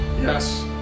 Yes